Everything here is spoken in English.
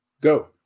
Go